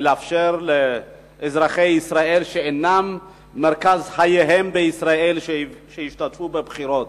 לאפשר לאזרחי ישראל שמרכז חייהם אינו בישראל להשתתף בבחירות.